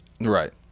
Right